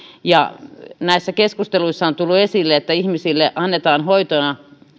takana näissä keskusteluissa on tullut esille että ihmisille annetaan hoitona